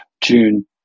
June